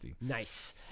Nice